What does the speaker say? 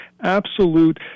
absolute